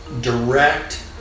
direct